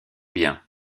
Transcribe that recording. bien